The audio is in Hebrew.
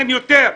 כן, יותר.